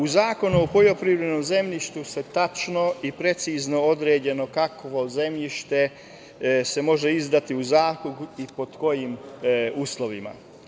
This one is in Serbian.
U Zakonu o poljoprivrednom zemljištu se tačno i precizno određuje kakvo zemljište se može izdati u zakup i pod kojim uslovima.